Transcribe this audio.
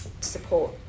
support